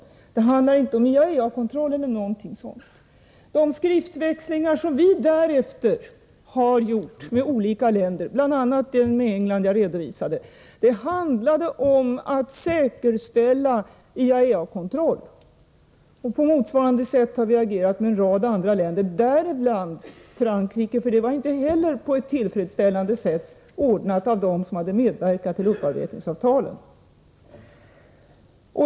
Det handlar inte om IAEA-kontroll eller någonting sådant. De skriftväxlingar som vi därefter har haft med olika länder — bl.a. den med England som jag redovisade — handlade om att säkerställa IAEA-kontroll. På motsvarande sätt har vi agerat i förhållande till en rad andra länder, däribland Frankrike, för här var det inte heller på ett tillfredsställande sätt ordnat av dem som hade medverkat till upparbetningsavtalen.